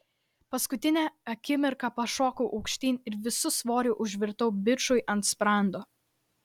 paskutinę akimirką pašokau aukštyn ir visu svoriu užvirtau bičui ant sprando